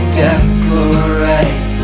decorate